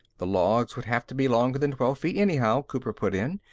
the logs would have to be longer than twelve feet, anyhow, cooper put in.